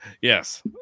yes